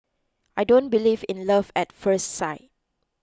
I don't believe in love at first sight